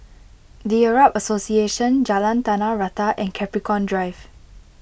the Arab Association Jalan Tanah Rata and Capricorn Drive